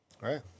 Right